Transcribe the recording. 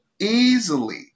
easily